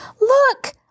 Look